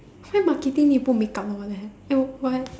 why marketing need to put make-up one what the hell you what